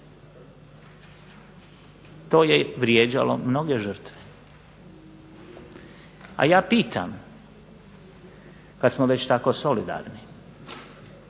To je vrijeđalo mnoge žrtve. A ja pitam kad smo već tako solidarni